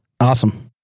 Awesome